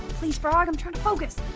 please frog, i'm trying to focus.